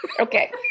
okay